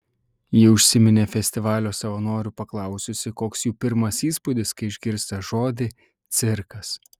ji užsiminė festivalio savanorių paklausiusi koks jų pirmas įspūdis kai išgirsta žodį cirkas